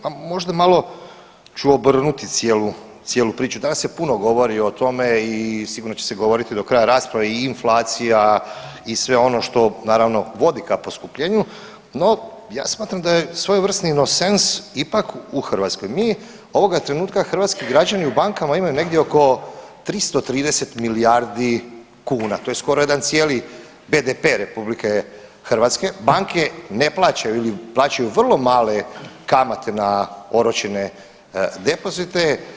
Pa možda malo ću obrnuti cijelu priču, danas se puno govori o tome i sigurno će se govoriti do kraja rasprave i inflacija i sve ono što naravno, vodi ka poskupljenju, no, ja smatram da je svojevrsni nonsens ipak u Hrvatskoj, mi ovoga trenutka, hrvatski građani u bankama imaju negdje oko 330 milijardi kuna, to je skoro jedan cijeli BDP RH, banke ne plaćaju ili plaćaju vrlo male kamate na oročene depozite.